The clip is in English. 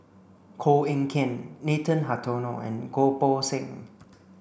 Koh Eng Kian Nathan Hartono and Goh Poh Seng